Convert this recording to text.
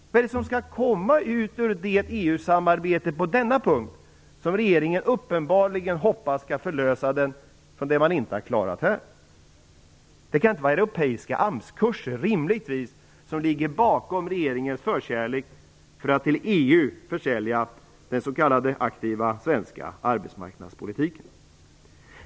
Vad är det som skall komma ut av det EU-samarbete på denna punkt som regeringen uppenbarligen skall förlösa den från det som inte klarats här? Det kan rimligen inte vara europeiska AMS-kurser som ligger bakom regeringens förkärlek för att till EU försälja den s.k. aktiva svenska arbetsmarknadspolitiken.